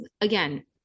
again